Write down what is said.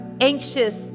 anxious